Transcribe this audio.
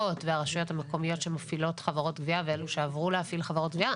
והרשויות המקומיות שמפעילות חברות גבייה ואלו שעברו להפעיל חברות גבייה.